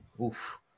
oof